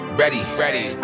ready